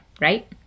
right